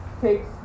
takes